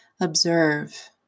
observe